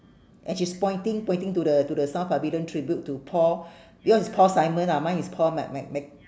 and she's pointing pointing to the to the south pavilion tribute to paul yours is paul simon lah mine is paul mc~ mc~ mc~